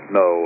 no